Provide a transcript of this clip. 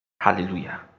hallelujah